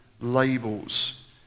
labels